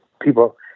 people –